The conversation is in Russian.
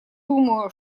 думаю